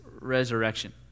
resurrection